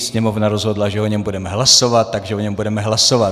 Sněmovna rozhodla, že o něm budeme hlasovat, takže o něm budeme hlasovat.